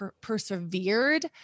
persevered